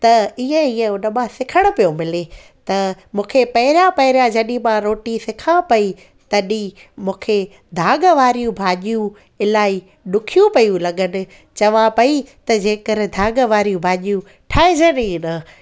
त ईअं ईअं उन मां सिखणु पियो मिले त मूंखे पहिरियां पहिरियां जॾहिं मां रोटी सिखा पई त मूंखे दाग़ वारियूं भाॼियूं इलाही ॾुखियूं पियूं लॻनि चवां पई त जेकर दाग़ वारियूं भाॼियूं ठाहिजनि ई न